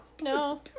No